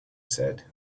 said